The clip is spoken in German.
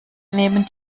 nehmen